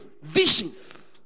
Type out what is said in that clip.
Visions